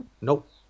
nope